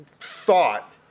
thought